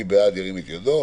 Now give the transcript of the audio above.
מי בעד, ירים את ידו.